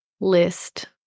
list